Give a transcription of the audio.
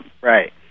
Right